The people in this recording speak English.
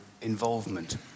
involvement